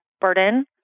burden